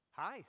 Hi